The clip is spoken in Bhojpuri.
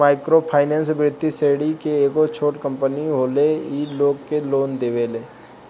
माइक्रो फाइनेंस वित्तीय श्रेणी के एगो छोट कम्पनी होले इ लोग के लोन देवेले